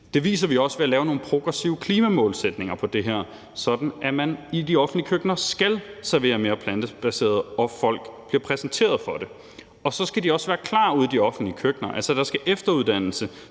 Det viser vi også ved at lave nogle progressive klimamålsætninger, sådan at man i de offentlige køkkener skal servere mere plantebaseret mad, og sådan at folk bliver præsenteret for det. Så skal de også være klar til det ude i de offentlige køkkener. Der skal efteruddannelse